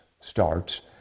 starts